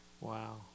Wow